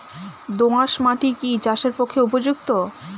দোআঁশ মাটি কি চাষের পক্ষে উপযুক্ত?